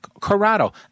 corrado